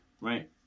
right